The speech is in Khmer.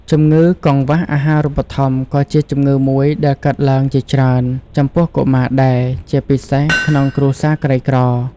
ជម្ងឺកង្វះអាហារូបត្ថម្ភក៏ជាជម្ងឺមួយដែលកើតឡើងជាច្រើនចំពោះកុមារដែរ ជាពិសេសក្នុងគ្រួសារក្រីក្រ។